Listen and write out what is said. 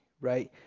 right